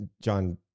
John